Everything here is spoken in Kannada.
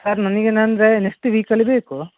ಸರ್ ನನಗೆ ಏನಂದರೆ ನೆಕ್ಸ್ಟ್ ವೀಕಲ್ಲಿ ಬೇಕು